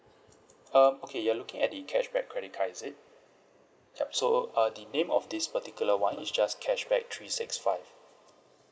um okay you're looking at the cashback credit cards is it yup so uh the name of this particular one is just cashback three six five